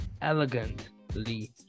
elegantly